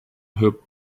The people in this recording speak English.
hoped